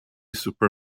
super